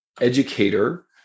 educator